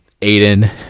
Aiden